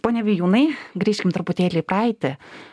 pone vijūnai grįžkim truputėlį į praeitį